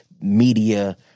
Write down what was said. media